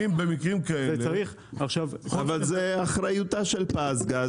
זה אחריותה של "פז גז",